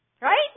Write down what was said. Right